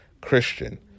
Christian